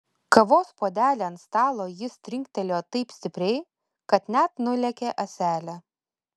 kavos puodelį ant stalo jis trinktelėjo taip stipriai kad net nulėkė ąselė